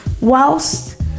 whilst